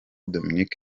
dominic